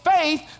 faith